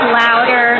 louder